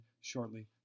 shortly